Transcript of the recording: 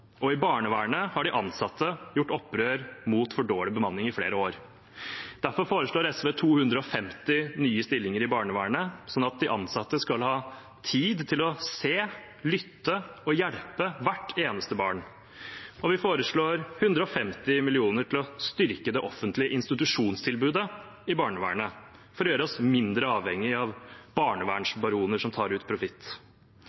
og i barnevernet har de ansatte gjort opprør mot for dårlig bemanning i flere år. Derfor foreslår SV 250 nye stillinger i barnevernet, sånn at de ansatte skal ha tid til å se, lytte til og hjelpe hvert eneste barn, og vi foreslår 150 mill. kr til å styrke det offentlige institusjonstilbudet i barnevernet, for å gjøre oss mindre avhengig av